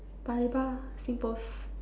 Paya-Lebar Singpost